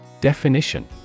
Definition